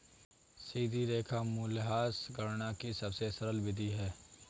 सीधी रेखा मूल्यह्रास गणना की सबसे सरल विधि है